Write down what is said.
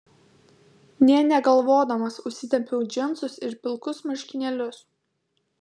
nė negalvodamas užsitempiau džinsus ir pilkus marškinėlius